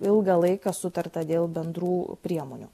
ilgą laiką sutarta dėl bendrų priemonių